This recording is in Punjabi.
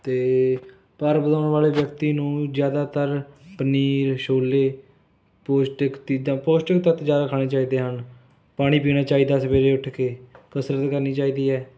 ਅਤੇ ਭਾਰ ਵਧਾਉਣ ਵਾਲੇ ਵਿਅਕਤੀ ਨੂੰ ਜ਼ਿਆਦਾਤਰ ਪਨੀਰ ਛੋਲੇ ਪੌਸ਼ਟਿਕ ਚੀਜ਼ਾਂ ਪੌਸ਼ਟਿਕ ਤੱਤ ਜ਼ਿਆਦਾ ਖਾਣੇ ਚਾਹੀਦੇ ਹਨ ਪਾਣੀ ਪੀਣਾ ਚਾਹੀਦਾ ਸਵੇਰੇ ਉੱਠ ਕੇ ਕਸਰਤ ਕਰਨੀ ਚਾਹੀਦੀ ਹੈ